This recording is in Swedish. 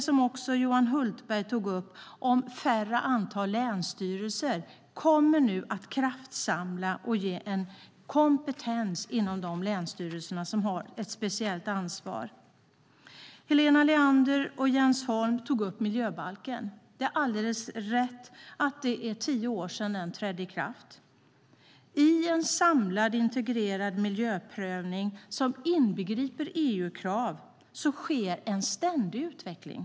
Som Johan Hultberg tog upp kommer färre länsstyrelser att innebära en kraftsamling och ge kompetens inom de länsstyrelser som har ett speciellt ansvar. Helena Leander och Jens Holm talade om miljöbalken. Det är riktigt att det är tio år sedan den trädde i kraft. I en samlad integrerad miljöprövning som inbegriper EU-krav sker en ständig utveckling.